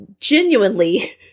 genuinely